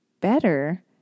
better